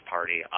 Party